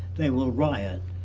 they will riot.